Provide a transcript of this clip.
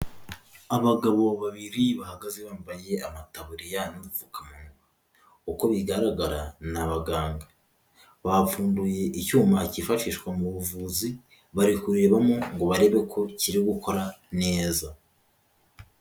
Abagabo babiri bahagaze bambaye amataburiya n'ubupfukamunwa, uko bigaragara ni abaganga. Bapfunduye icyuma kifashishwa mu buvuzi bari kurebamo ngo barebe ko kiri gukora neza.